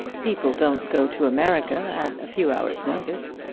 people don't go to america at a few hours' notice.